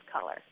color